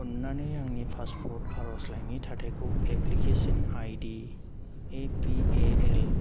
अननानै आंनि पासपर्ट आर'जलाइनि थाथाइखौ application ID A P A L